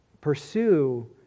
Pursue